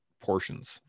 portions